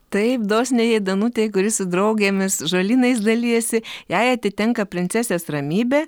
taip dosniajai danutei kuri su draugėmis žolynais dalijasi jai atitenka princesės ramybė